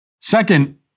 Second